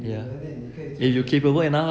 ya if you capable enough lah ya lah